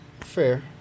Fair